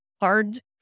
hard